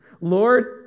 Lord